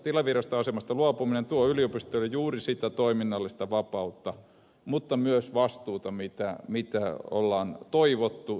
tilivirastoasemasta luopuminen tuo yliopistoille juuri sitä toiminnallista vapautta mutta myös vastuuta mitä on toivottu yliopistojen sisällä